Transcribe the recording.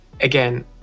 again